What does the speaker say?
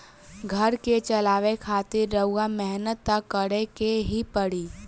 घर के चलावे खातिर रउआ मेहनत त करें के ही पड़ी